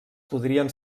podrien